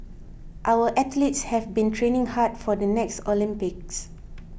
our athletes have been training hard for the next Olympics